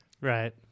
Right